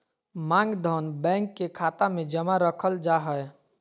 मांग धन, बैंक के खाता मे जमा रखल जा हय